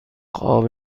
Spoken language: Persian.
قاب